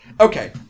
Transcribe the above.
Okay